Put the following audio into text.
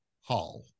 hall